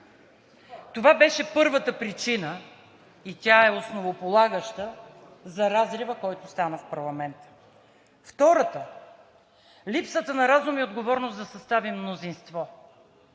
Това беше първата причина и тя е основополагаща за разрива, който стана в парламента. Втората – липсата на разум и отговорност да съставим мнозинство.